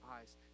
eyes